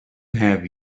have